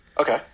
Okay